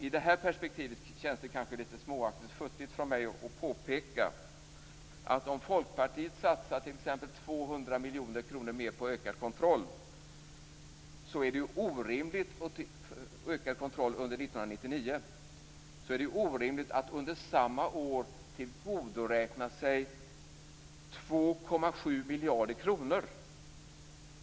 I det perspektivet känns det kanske lite småaktigt och futtigt av mig att påpeka att om Folkpartiet satsar t.ex. 200 miljoner ytterligare på ökad kontroll är det orimligt att öka kontrollen under 1999, och det är orimligt att under samma år tillgodoräkna sig 2,7 miljarder kronor.